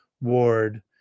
ward